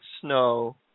snow